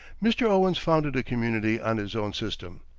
mr. owen founded a community on his own system.